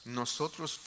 nosotros